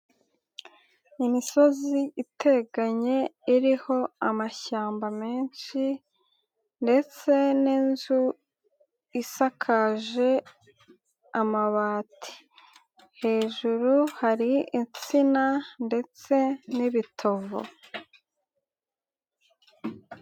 Imisozi iteganye iriho amashyamba menshi ndetse n'inzu isakaje amabati. Hejuru hari insina ndetse n'ibitovu.